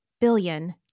billion